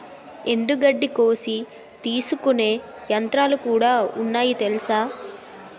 ఎండుగడ్డి కోసి తీసుకునే యంత్రాలుకూడా ఉన్నాయి తెలుసా?